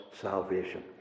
salvation